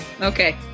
okay